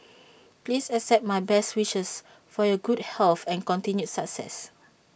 please accept my best wishes for your good health and continued success